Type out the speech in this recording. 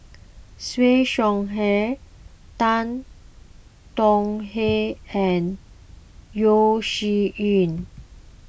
Siew Shaw Her Tan Tong Hye and Yeo Shih Yun